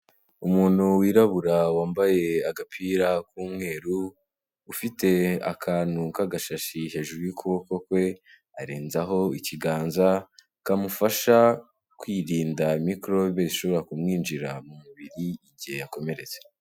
Umuntu wirabura wambaye agapira k'umweru, ufite akantu k'agashashi hejuru y'ukuboko kwe arenzaho ikiganza, kamufasha kwirinda mikorobe ishobora kumwinjira mu mubiri igihe yakomeretse.